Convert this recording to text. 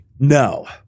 No